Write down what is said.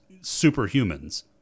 superhumans